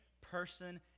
person